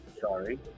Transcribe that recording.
sorry